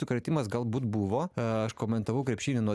sukrėtimas galbūt buvo aš komentavau krepšinį nuo